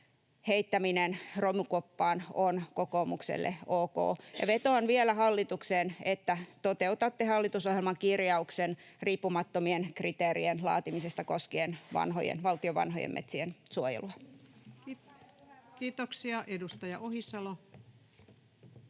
heittäminen romukoppaan on kokoomukselle ok. Vetoan vielä hallitukseen, että toteutatte hallitusohjelman kirjauksen riippumattomien kriteerien laatimisesta koskien valtion vanhojen metsien suojelua. [Speech 168] Speaker: